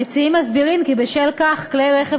המציעים מסבירים כי בשל כך כלי רכב